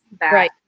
Right